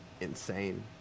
insane